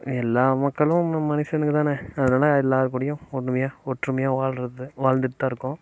எல்லா மக்களும் நம் மனுசனுங்க தான அதனால எல்லார்க்கூடயும் ஒற்றுமையா ஒற்றுமையாக வாழ்கிறது வாழ்ந்துகிட்டு தான் இருக்கோம்